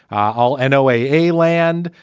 all noaa land.